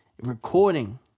recording